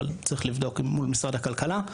אבל צריך לבדוק מול משרד הכלכלה.